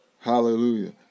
Hallelujah